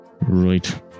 Right